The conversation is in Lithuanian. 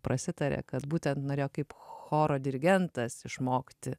prasitarė kad būtent norėjo kaip choro dirigentas išmokti